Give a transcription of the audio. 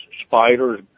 spiders